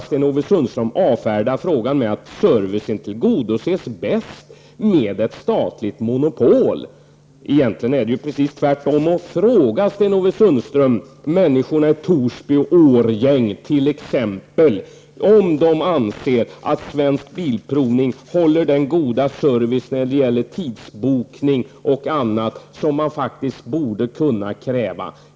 Sten-Ove Sundström avfärdade denna fråga genom att säga att servicen tillgodoses bäst genom ett statligt monopol. Egentligen är det precis tvärtom. Sten Ove Sundström, fråga människorna i t.ex. Torsby och Årjäng om de anser att Svensk Bilprovning håller den goda service när det gäller tidsbokning och annat som man faktiskt borde kunna kräva.